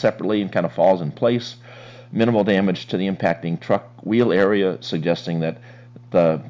separately and kind of falls in place minimal damage to the impacting truck wheel area suggesting that